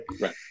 Right